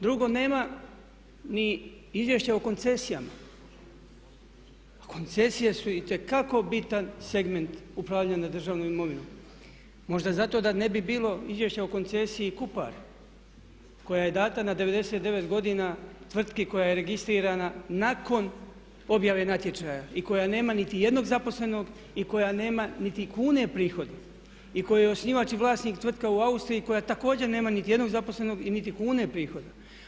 Drugo, nema ni izvješća o koncesijama a koncesije su itekako bitan segment upravljanja državnom imovinom možda zato da ne bi bilo izvješća o koncesiji Kupar koja je dana na 99 godina tvrtki koja je registrirana nakon objave natječaja i koja nema niti jednog zaposlenog i koja nema niti kune prihoda i kojoj je osnivač i vlasnik tvrtka u Austriji koja također nema niti jednog zaposlenog i niti kune prihoda.